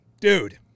Dude